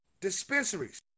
dispensaries